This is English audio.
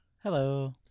Hello